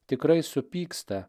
tikrai supyksta